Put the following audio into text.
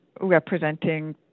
representing